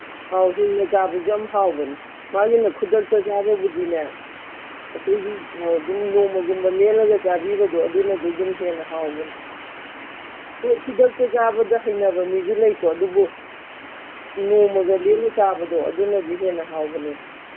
ꯑꯧ ꯍꯤꯡꯅ ꯆꯥꯕꯁꯨ ꯌꯥꯝ ꯍꯥꯎꯕꯅꯤ ꯃꯥꯒꯤꯅ ꯈꯨꯗꯛꯇ ꯆꯥꯕꯕꯨꯗꯤꯅꯦ ꯑꯩꯈꯣꯏꯒꯤ ꯑꯗꯨꯝ ꯅꯣꯡꯃꯒꯨꯝꯕ ꯂꯦꯜꯂꯒ ꯆꯥꯕꯤꯕꯗꯣ ꯑꯗꯨꯅꯁꯨ ꯑꯗꯨꯝ ꯍꯦꯟꯅ ꯍꯥꯎꯕꯅꯤ ꯍꯣꯏ ꯈꯨꯗꯛꯇ ꯆꯥꯕꯗ ꯍꯩꯅꯕ ꯃꯤꯁꯨ ꯂꯩꯀꯣ ꯑꯗꯨꯕꯨ ꯅꯣꯡꯃꯒ ꯂꯦꯜꯂ ꯆꯥꯕꯗꯣ ꯑꯗꯨꯅꯗꯤ ꯍꯦꯟꯅ ꯍꯥꯎꯕꯅꯦꯕ